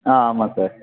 ஆ ஆமாம் சார்